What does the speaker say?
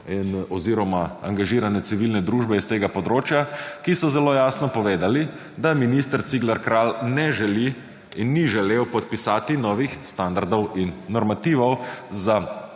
oziroma angažirane civilne družbe in tega področja, ki so zelo jasno povedali, da minister Cigler Kralj ne želi in ni želel podpisati novih standardov in normativov za